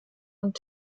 und